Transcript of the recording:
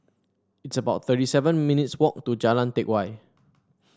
it's about thirty seven minutes' walk to Jalan Teck Whye